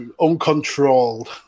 uncontrolled